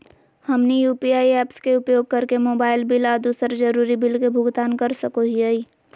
हमनी UPI apps के उपयोग करके मोबाइल बिल आ दूसर जरुरी बिल के भुगतान कर सको हीयई